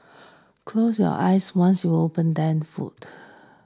close your eyes once you open them food